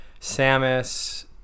Samus